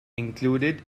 included